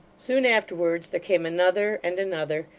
soon afterwards there came another, and another,